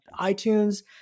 iTunes